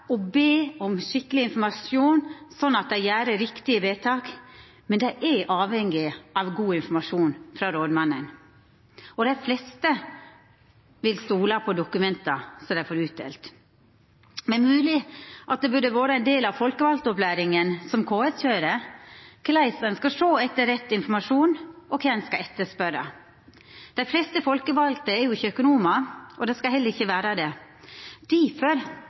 å be om skikkeleg informasjon, slik at dei gjer riktige vedtak, men dei er avhengige av god informasjon frå rådmannen. Dei fleste vil stola på dokumenta som dei får utdelt. Det er mogleg at dette burde vera ein del av folkevaldopplæringa som KS køyrer – korleis ein skal sjå etter rett informasjon, og kva ein skal spørja etter. Dei fleste folkevalde er ikkje økonomar, og dei skal heller ikkje vera det. Difor